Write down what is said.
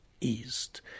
east